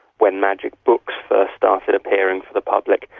when magic books first started appearing for the public,